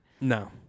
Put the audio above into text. no